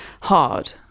hard